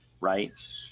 right